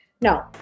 No